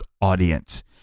audience